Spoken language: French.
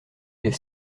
des